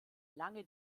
lange